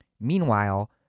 Meanwhile